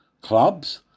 clubs